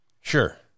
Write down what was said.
Sure